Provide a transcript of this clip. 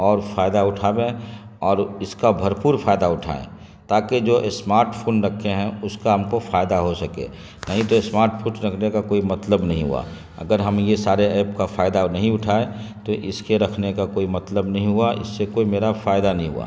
اور فائدہ اٹھاویں اور اس کا بھرپور فائدہ اٹھائیں تاکہ جو اسمارٹ فون رکھے ہیں اس کا ہم کو فائدہ ہو سکے نہیں تو اسمارٹ فون رکھنے کا کوئی مطلب نہیں ہوا اگر ہم یہ سارے ایپ کا فائدہ نہیں اٹھائیں تو اس کے رکھنے کا کوئی مطلب نہیں ہوا اس سے کوئی میرا فائدہ نہیں ہوا